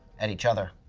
at each other.